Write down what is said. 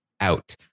out